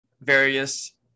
various